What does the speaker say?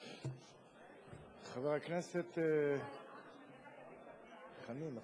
חבר הכנסת חנין היה קודם?